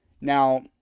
Now